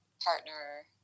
partner